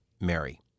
Mary